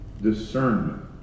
discernment